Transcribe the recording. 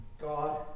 God